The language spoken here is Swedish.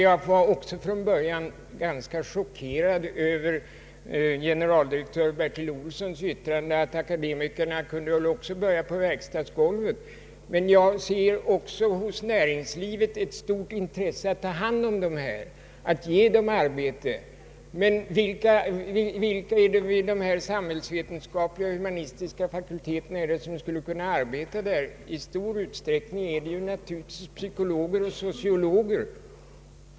Jag var också från början ganska chockerad över generaldirektör Bertil Olssons yttrande att akademikerna väl också de kunde börja på verkstadsgolvet, men jag har nu också sett ett stort intresse från näringslivets sida att ta hand om akademiker och ge dem arbete. Men vilka är det vid de samhällsve tenskapliga och humanistiska fakulteterna som skulle kunna arbeta inom näringslivet? I stor utsträckning är det naturligtvis psykologer och sociologer.